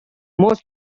most